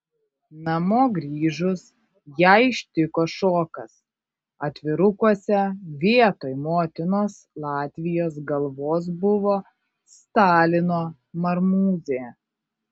namo grįžus ją ištiko šokas atvirukuose vietoj motinos latvijos galvos buvo stalino marmūzė